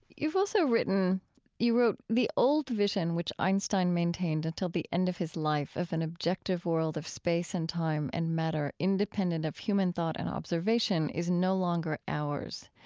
you've also written you wrote, the old vision which einstein maintained until the end of his life of an objective world of space and time and matter independent of human thought and observation is no longer ours.